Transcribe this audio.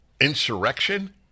Insurrection